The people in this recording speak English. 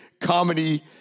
comedy